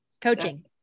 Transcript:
coaching